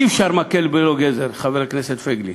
אי-אפשר מקל ללא גזר, חבר הכנסת פייגלין.